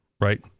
right